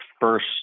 first